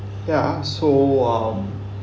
ya uh so um